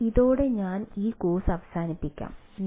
അതിനാൽ ഇതോടെ ഞാൻ ഈ കോഴ്സ് അവസാനിപ്പിക്കാം